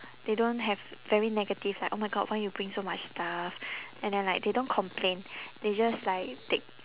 they don't have very negative like oh my god why you bring so much stuff and then like they don't complain they just like take